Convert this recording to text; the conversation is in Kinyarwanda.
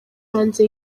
hanze